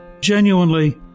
genuinely